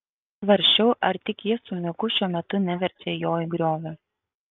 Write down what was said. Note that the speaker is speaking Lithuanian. svarsčiau ar tik ji su miku šiuo metu neverčia jo į griovį